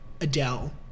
Adele